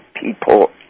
people